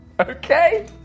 Okay